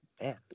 Man